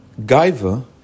Gaiva